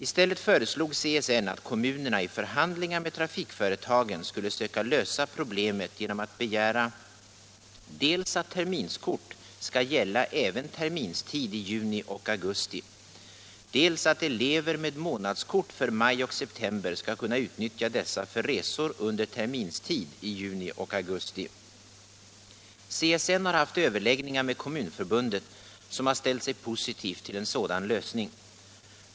I stället föreslog CSN att kommunerna i förhandlingar med trafikföretagen skulle söka lösa problemet genom att begära dels att terminskort skall gälla även terminstid i juni och augusti, dels att elever med månadskort för maj och september skall kunna utnyttja dessa för resor under terminstid i juni och augusti. CSN har haft överläggningar med Kommunförbundet som har ställt sig positivt till en sådan lösning.